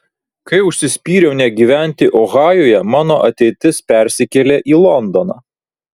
kai užsispyriau negyventi ohajuje mano ateitis persikėlė į londoną